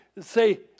Say